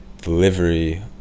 delivery